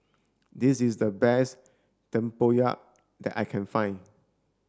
this is the best Tempoyak that I can find